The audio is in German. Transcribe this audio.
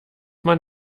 man